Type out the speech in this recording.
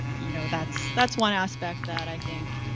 you know, that's that's one aspect that i think